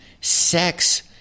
sex